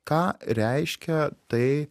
ką reiškia tai